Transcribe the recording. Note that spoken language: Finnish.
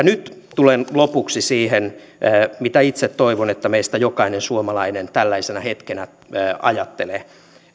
nyt tulen lopuksi siihen mitä itse toivon että meistä jokainen suomalainen tällaisena hetkenä ajattelee